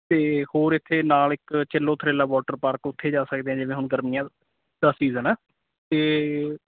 ਅਤੇ ਹੋਰ ਇੱਥੇ ਨਾਲ ਇੱਕ chill o thrill water park ਉੱਥੇ ਜਾ ਸਕਦੇ ਹਾਂ ਜਿੱਦਾਂ ਹੁਣ ਗਰਮੀਆਂ ਦਾ ਸੀਜ਼ਨ ਆ ਅਤੇ